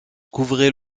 couvrait